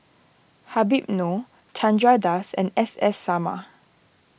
Habib Noh Chandra Das and S S Sarma